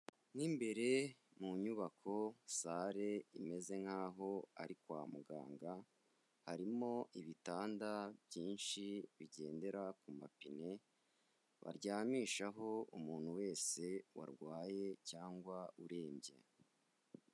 Mo imbere mu nyubako, sale imeze nk'aho ari kwa muganga harimo ibitanda byinshi bigendera ku mapine, baryamishaho umuntu wese warwaye cyangwa urembye.